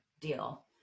deal